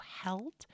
held